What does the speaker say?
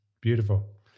beautiful